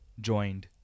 joined